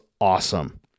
awesome